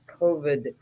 COVID